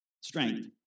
Strength